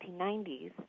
1990s